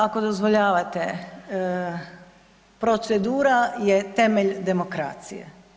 Ako dozvoljavate, procedura je temelj demokracije.